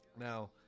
Now